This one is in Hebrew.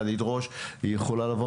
היא יכולה לבקש,